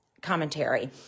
commentary